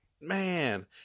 Man